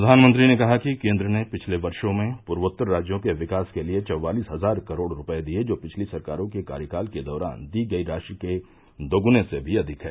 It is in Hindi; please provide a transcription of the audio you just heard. प्रधानमंत्री ने कहा कि केन्द्र ने पिछले वर्षो में पूर्वोत्तर राज्यों के विकास के लिए चौवालिस हजार करोड़ रूपये दिए जो पिछली सरकारों के कार्यकाल के दौरान दी गई राशि के दोग्ने से भी अधिक है